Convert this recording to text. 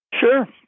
Sure